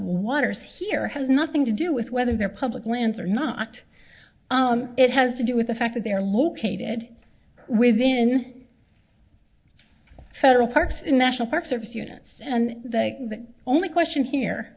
waters here has nothing to do with whether they're public lands or not it has to do with the fact that they are located within federal parks in national park service units and the only question here